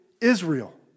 Israel